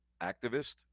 activist